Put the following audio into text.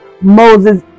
Moses